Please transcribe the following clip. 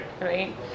right